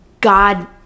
God